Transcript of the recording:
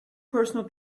personal